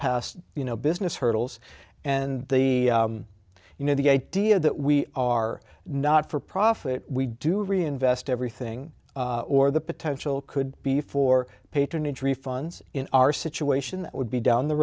you know business hurdles and the you know the idea that we are not for profit we do reinvest everything or the potential could be for patronage refunds in our situation that would be down the